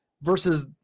versus